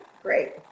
great